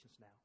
now